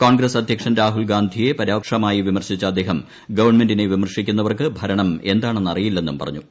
കോൺഗ്രസ്സ് അദ്ധ്യക്ഷൻ രാഹുൽ ഗാന്ധിയെ പരോക്ഷമായി വിമർശിച്ച അദ്ദേഹം ഗവൺമെന്റിനെ വിമർശിക്കുന്നവർക്ക് ഭരണം എന്താണന്നറിയില്ലെന്നും പറഞ്ഞു